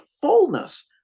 fullness